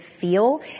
feel